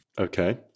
Okay